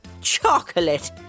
CHOCOLATE